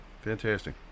Fantastic